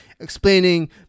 explaining